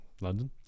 London